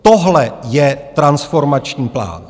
Tohle je transformační plán.